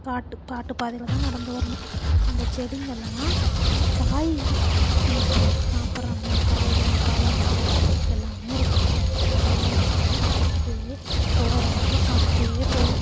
காட்டு காட்டுப் பாதையில் தான் நடந்து வரணும் அந்த செடிங்களெல்லாம் காய் சின்ன சின்ன சாப்பிடற மாதிரி காய்கள் பழங்கள் எல்லாமே இருக்கும் அதை எல்லாத்தையுமே பறிச்சிட்டே போகிற வரைக்கும் சாப்பிட்டுட்டே போவோம்